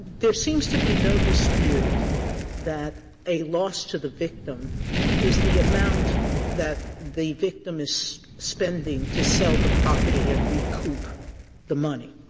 there seems to be no dispute that a loss to the victim is the amount that the victim is spending to sell the property and recoup the money,